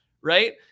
right